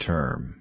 Term